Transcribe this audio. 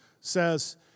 says